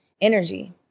energy